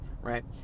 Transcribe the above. right